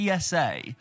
PSA